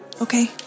Okay